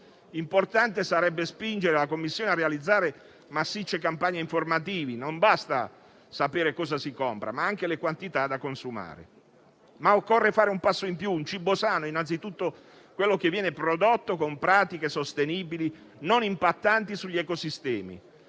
Importante sarebbe spingere la Commissione a realizzare massicce campagne informative: non basta sapere cosa si compra, ma anche le quantità da consumare. Occorre fare un passo in più: un cibo sano innanzi tutto, quello che viene prodotto con pratiche sostenibili non impattanti sugli ecosistemi.